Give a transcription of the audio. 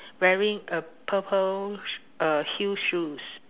wearing a purple sh~ uh heel shoes